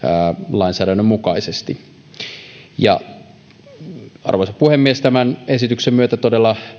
lainsäädännön mukaisesti arvoisa puhemies tämän esityksen myötä todella